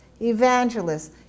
evangelists